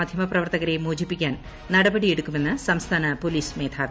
മാധ്യമപ്രവർത്തകരെ മോചിപ്പിക്കാൻ നടപടിയെടുക്കുമെന്ന് സംസ്ഥാന പൊലീസ് മേധാവി